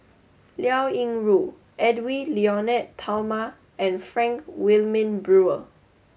Liao Yingru Edwy Lyonet Talma and Frank Wilmin Brewer